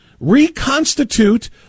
reconstitute